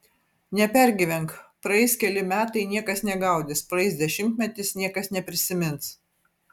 nepergyvenk praeis keli metai niekas negaudys praeis dešimtmetis niekas neprisimins